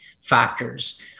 factors